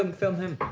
um film him!